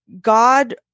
God